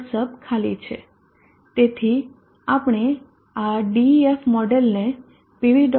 sub ખાલી છે તેથી આપણે આ Def મોડેલને pv